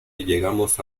llegamos